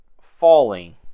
falling